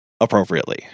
appropriately